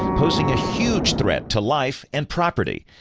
posing a huge threat to life and property.